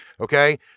Okay